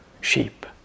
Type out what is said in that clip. sheep